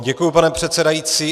Děkuji, pane předsedající.